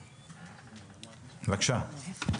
בבקשה.